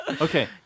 Okay